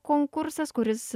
konkursas kuris